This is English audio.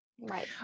Right